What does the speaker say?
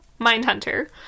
Mindhunter